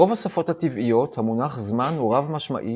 ברוב השפות הטבעיות, המונח "זמן" הוא רב-משמעי